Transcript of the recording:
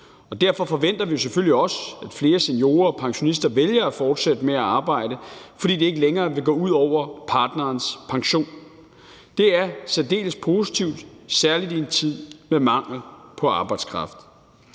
Derfor forventer vi selvfølgelig også, at flere seniorer og pensionister vælger at fortsætte med at arbejde, fordi det ikke længere vil gå ud over partnerens pension. Det er særdeles positivt, særlig i en tid med mangel på arbejdskraft.